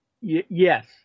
yes